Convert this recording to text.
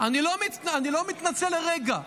אני לא מתנצל לרגע,